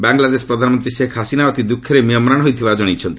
ବାଙ୍ଗଲାଦେଶ ପ୍ରଧାନମନ୍ତ୍ରୀ ଶେଖ୍ ହାସିନା ଅତି ଦୁଃଖରେ ମ୍ରିୟମାଣ ହୋଇଥିବାର ଜଣାଇଛନ୍ତି